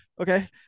Okay